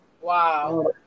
Wow